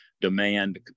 demand